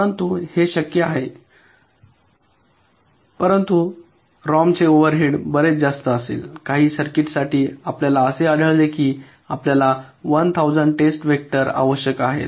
परंतु हे शक्य आहे परंतु रॉमचे ओव्हरहेड बरेच जास्त असेल काही सर्किट्ससाठी आपल्याला असे आढळेल की आपल्याला 1000 टेस्ट वेक्टर आवश्यक आहेत